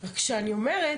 אבל כשאני אומרת